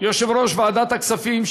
ליושב-ראש ועדת הכספים,